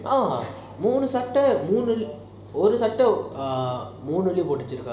oh மூணு சட்ட மூணு ஒரு ஸதா மூனுதுலயும் போடு வெச்சி இருக்க:moonu satta moonu oru sata moonuthulayum potu vechi iruka